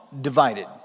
divided